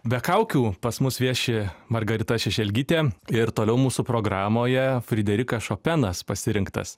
be kaukių pas mus vieši margarita šešelgytė ir toliau mūsų programoje friderikas šopenas pasirinktas